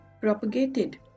propagated